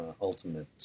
ultimate